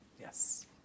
Yes